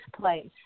place